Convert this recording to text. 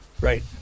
Right